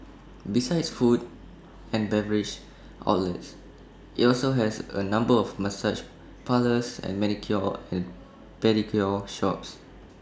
besides food and beverage outlets IT also has A number of massage parlours and manicure or and pedicure shops